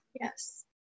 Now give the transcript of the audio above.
Yes